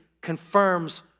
confirms